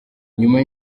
nyuma